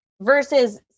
versus